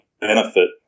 benefit